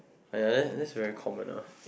!aiya! that that's very common lah